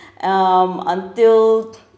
um until